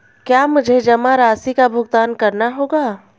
क्या मुझे जमा राशि का भुगतान करना होगा?